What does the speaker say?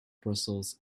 brussels